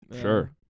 Sure